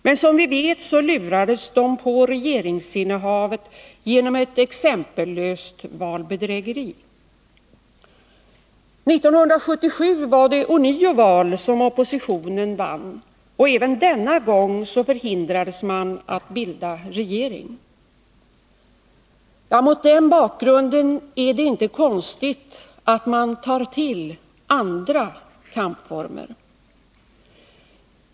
Men som vi vet lurades de på regeringsinnehavet genom ett exempellöst valbedrägeri. 1977 var det ånyo val som oppositionen vann. Även denna gång förhindrades man att bilda regering. Mot den bakgrunden är det inte konstigt att man tar till andra kampformer.